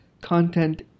content